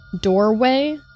doorway